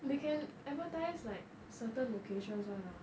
they can advertise like certain locations [one] ah